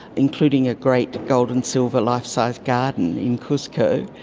including a great gold and silver life-size garden in cusco,